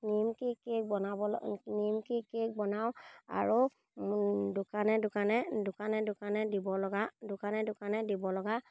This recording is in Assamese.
নিমকি কেক বনাব নিমকি কেক বনাওঁ আৰু দোকানে দোকানে দোকানে দোকানে দিব লগা দোকানে দোকানে দিব লগা